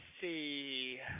see